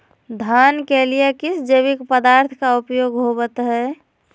धान के लिए किस जैविक पदार्थ का उपयोग होवत है?